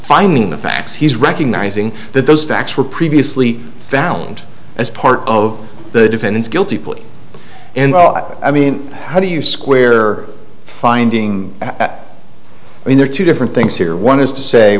finding the facts he's recognizing that those facts were previous found as part of the defendant's guilty plea and i mean how do you square finding i mean there are two different things here one is to say